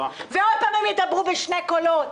ועוד פעם הם ידברו בשני קולות,